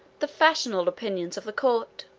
the fashionable opinions of the court.